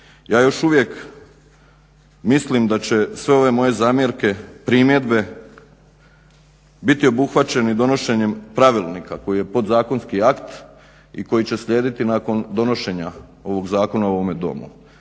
Ja još uvijek mislim da će sve ove moje zamjerke, primjedbe, biti obuhvaćeni donošenjem pravilnika koji je podzakonski akt i koji će slijediti nakon donošenja ovog zakona u ovome Domu.